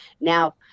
now